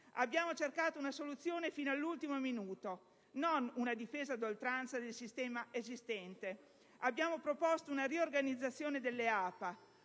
Abbiamo cercato una soluzione fino all'ultimo minuto, non una difesa ad oltranza del sistema esistente. Abbiamo proposto una riorganizzazione delle APA,